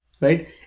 right